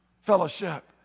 fellowship